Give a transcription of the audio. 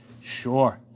Sure